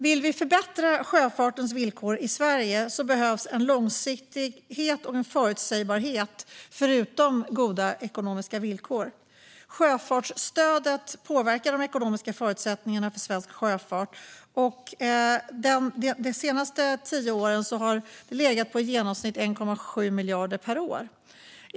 Vill vi förbättra sjöfartens villkor i Sverige behövs förutom goda ekonomiska villkor en långsiktighet och en förutsägbarhet. Sjöfartsstödet påverkar de ekonomiska förutsättningarna för svensk sjöfart. De senaste tio åren har det legat på i genomsnitt 1,7 miljarder per år.